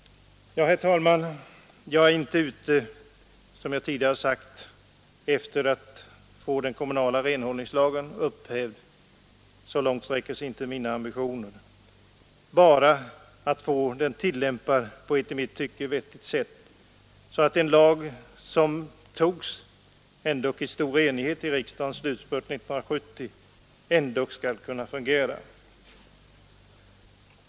Herr talman! Som jag tidigare sagt är jag inte ute efter att få den kommunala renhållningslagen upphävd; så långt sträcker sig inte mina ambitioner. Jag vill bara att den skall tillämpas på ett i mitt tycke vettigt sätt, så att den lag som antogs i stor enighet i riksdagens slutspurt 1970 skall kunna fungera.